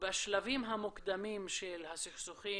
בשלבים המוקדמים של הסכסוכים.